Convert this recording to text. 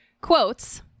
quotes